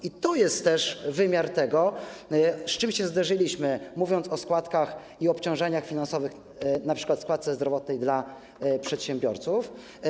I to jest też wymiar tego, z czym się zderzyliśmy, mówiąc o składkach i obciążeniach finansowych, np. o składce zdrowotnej dla przedsiębiorców.